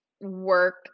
work